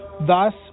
thus